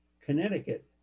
Connecticut